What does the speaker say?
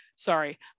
Sorry